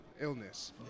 illness